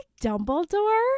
dumbledore